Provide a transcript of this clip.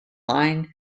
line